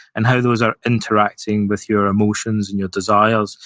and how those are interacting with your emotions and your desires.